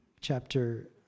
chapter